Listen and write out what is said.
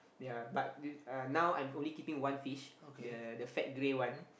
ya but this uh now I am only keeping one fish the the fat grey one